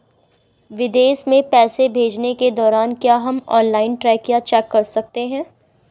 विदेश में पैसे भेजने के दौरान क्या हम ऑनलाइन ट्रैक या चेक कर सकते हैं?